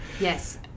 Yes